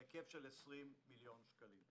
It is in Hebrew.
בהיקף של 20 מיליון שקלים.